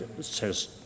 says